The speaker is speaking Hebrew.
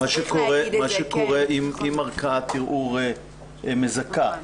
מה שקורה אם ערכאת ערעור מזכה.